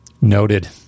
noted